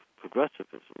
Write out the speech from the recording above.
progressivism